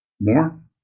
More